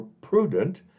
prudent